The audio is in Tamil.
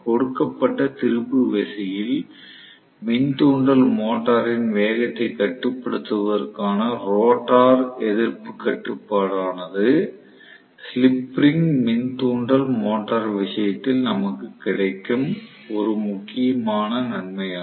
கொடுக்கப்பட்ட திருப்பு விசையில் மின் தூண்டல் மோட்டாரின் வேகத்தைக் கட்டுப்படுத்துவதற்கான ரோட்டார் எதிர்ப்புக் கட்டுப்பாடானது ஸ்லிப் ரிங் மின் தூண்டல் மோட்டார் விஷயத்தில் நமக்கு கிடைக்கும் ஒரு முக்கிய நன்மையாகும்